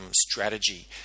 strategy